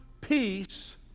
peace